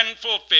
fulfilled